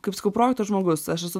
kaip sakau projektų žmogus aš esu